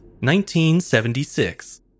1976